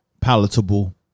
palatable